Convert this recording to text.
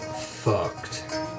fucked